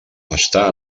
està